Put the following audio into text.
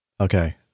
okay